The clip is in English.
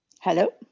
Hello